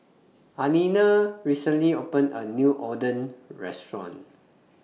Alina recently opened A New Oden Restaurant